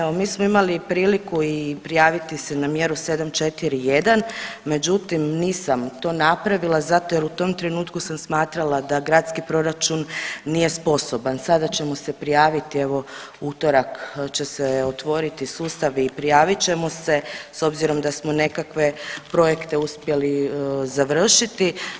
Evo mi smo imali priliku i prijaviti se na mjeru 7.4.1., međutim nisam to napravila zato jel u tom trenutku sam smatrala da gradski proračun nije sposoban, sada ćemo se prijaviti, evo u utorak će se otvoriti sustav i prijavit ćemo se s obzirom da smo nekakve projekte uspjeli završiti.